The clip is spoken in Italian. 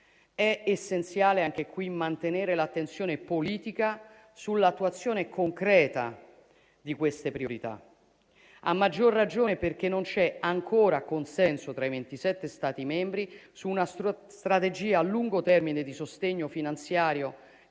È essenziale anche qui mantenere l'attenzione politica sull'attuazione concreta di queste priorità, a maggior ragione perché non c'è ancora consenso tra i ventisette Stati membri su una strategia a lungo termine di sostegno finanziario